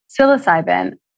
Psilocybin